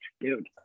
dude